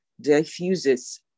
diffuses